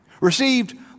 received